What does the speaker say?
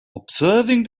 observing